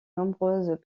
nombreuses